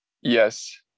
Yes